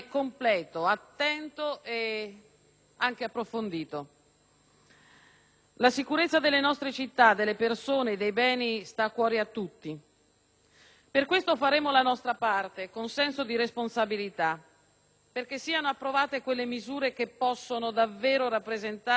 La sicurezza delle nostre città, delle persone e dei beni sta a cuore a tutti. Per questo faremo la nostra parte con senso di responsabilità, perché siano approvate quelle misure che possono davvero rappresentare una risposta efficace e giusta alla domanda di sicurezza